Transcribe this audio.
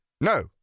no